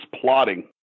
plotting